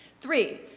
Three